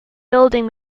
building